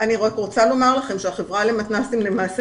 אני רוצה לומר לכם שהחברה למתנ"סים למעשה